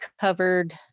covered